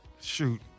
Shoot